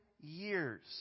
years